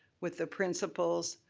with the principals,